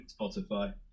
spotify